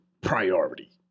priority